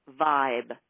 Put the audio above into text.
vibe